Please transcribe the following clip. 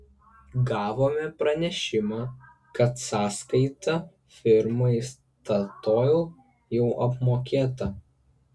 gavome pranešimą kad sąskaita firmai statoil jau apmokėta